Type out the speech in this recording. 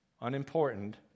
Unimportant